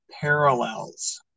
parallels